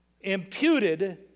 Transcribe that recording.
imputed